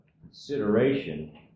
consideration